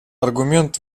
аргумент